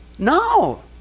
No